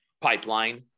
pipeline